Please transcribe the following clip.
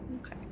Okay